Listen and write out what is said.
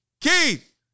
Keith